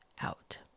out